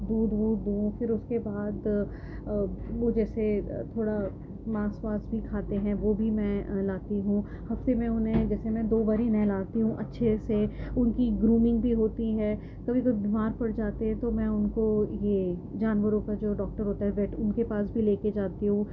دودھ وودھ دوں پھر اس کے بعد وہ جیسے تھوڑا ماس واس بھی کھاتے ہیں وہ بھی میں لاتی ہوں اور پھر میں انہیں جیسے میں دو باری نہلاتی ہوں اچھے سے ان کی گرومنگ بھی ہوتی ہے کبھی کبھی بیمار پڑ جاتے ہیں تو میں ان کو یہ جانوروں کا جو ڈاکٹر ہوتا ہے ویٹ ان کے پاس بھی لے کے جاتی ہوں